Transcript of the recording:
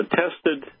tested